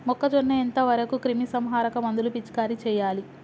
మొక్కజొన్న ఎంత వరకు క్రిమిసంహారక మందులు పిచికారీ చేయాలి?